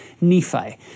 Nephi